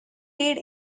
did